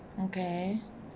okay